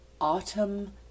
autumn